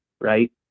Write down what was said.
right